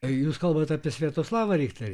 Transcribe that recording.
jūs kalbat apie sviatoslavą richterį